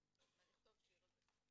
הזה.